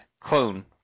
Clone